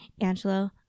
Angelo